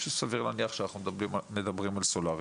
שסביר להניח שאנחנו מדברים על סולארית.